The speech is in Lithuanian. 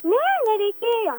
nė nereikėjo